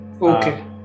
Okay